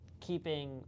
keeping